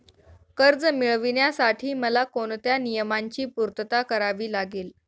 कर्ज मिळविण्यासाठी मला कोणत्या नियमांची पूर्तता करावी लागेल?